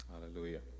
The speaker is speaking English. Hallelujah